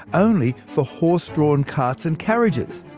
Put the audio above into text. only for horse-drawn carts and carriages.